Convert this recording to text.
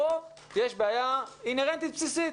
כאן יש בעיה אינהרנטית בסיסית